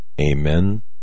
Amen